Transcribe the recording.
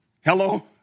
Hello